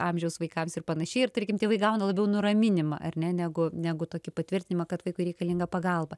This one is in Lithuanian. amžiaus vaikams ir panašiai ir tarkim tėvai gauna labiau nuraminimą ar ne negu negu tokį patvirtinimą kad vaikui reikalinga pagalba